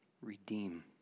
Redeem